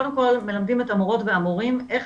קודם כל מלמדים את המורות והמורים איך